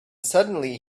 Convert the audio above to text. suddenly